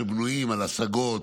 שבנויים על השגות,